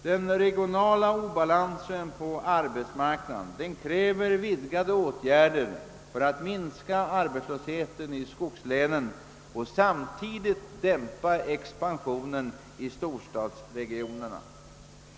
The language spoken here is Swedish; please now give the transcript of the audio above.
Den regionala obalansen på arbetsmarknaden kräver vidgade åtgärder för att minska arbetslösheten i skogslänen och samtidigt en dämpning av expansionen i storstadsregionerna.